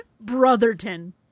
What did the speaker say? Brotherton